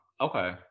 Okay